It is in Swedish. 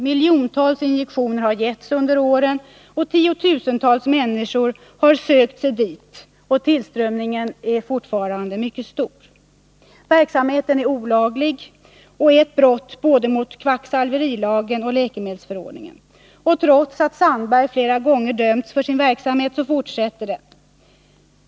Miljontals injektioner har getts under åren, tiotusentals människor har sökt sig till kliniken, och tillströmningen är fortfarande mycket stor. Verksamheten är olaglig och är ett brott mot både kvacksalverilagen och läkemedelsförordningen. Trots att Sandberg flera gånger dömts för sin verksamhet fortsätter han med den.